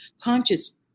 conscious